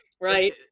Right